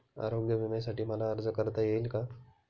आरोग्य विम्यासाठी मला अर्ज करता येईल का?